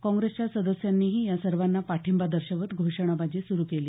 काँग्रेसच्या सदस्यांनीही या सर्वांना पाठिंबा दर्शवत घोषणाबाजी सुरू केली